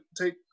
take